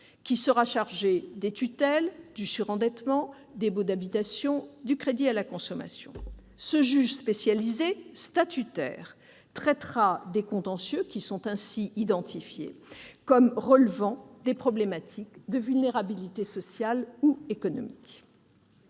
qui sera chargé des tutelles, du surendettement, des crédits à la consommation et des baux d'habitation. Ce juge spécialisé statutaire traitera des contentieux ainsi identifiés comme relevant des problématiques de vulnérabilité sociale ou économique.